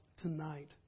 tonight